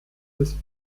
des